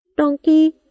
Donkey